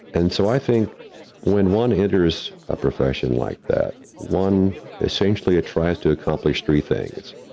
and so, i think when one enters a profession like that, one essentially tries to accomplish three things,